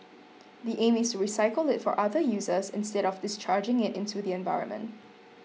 the aim is to recycle it for other uses instead of discharging it into the environment